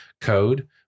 code